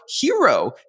hero